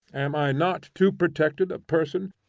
am i not too protected a person?